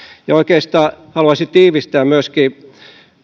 oikeastaan haluaisin tiivistää myöskin